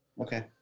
Okay